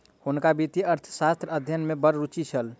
हुनका वित्तीय अर्थशास्त्रक अध्ययन में बड़ रूचि छल